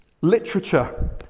literature